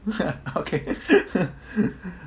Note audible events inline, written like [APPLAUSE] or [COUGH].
okay [LAUGHS]